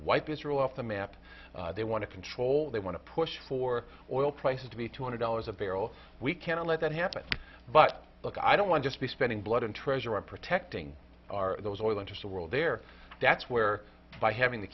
wipe israel off the map they want to control they want to push for oil prices to be two hundred dollars a barrel we can't let that happen but look i don't want to be spending blood and treasure and protecting our oil interests a world there that's where by having the